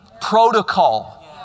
Protocol